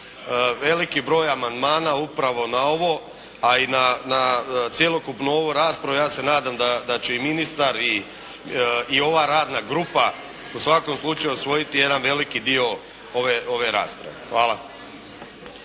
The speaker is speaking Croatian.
veliki broj amandmana upravo na ovo a i na cjelokupnu ovu raspravu ja se nadam da će i ministar i ova radna grupa u svakom slučaju usvojiti jedan veliki dio ove rasprave. Hvala.